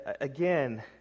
Again